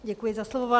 Děkuji za slovo.